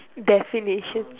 definition